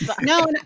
No